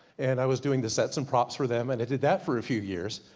and i was doing the sets and props for them, and i did that for a few years.